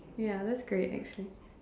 ya that's great actually